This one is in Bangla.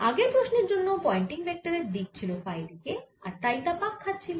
আগের প্রশ্নের জন্য পয়েন্টিং ভেক্টরের দিক ছিল ফাই দিক আর তাই তা পাক খাচ্ছিল